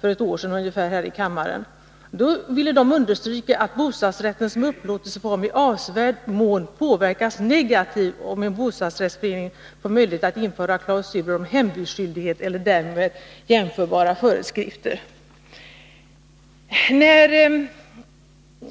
för ungefär ett år sedan här i kammaren. Lagutskottet ville då understryka att bostadsrätten som upplåtelseform i avsevärd mån påverkas negativt om bostadsrättsföreningar får möjligheter att införa klausuler om hembudsskyldighet eller därmed jämförbara föreskrifter.